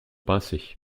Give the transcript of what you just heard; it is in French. pincée